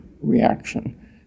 reaction